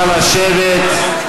נא לשבת.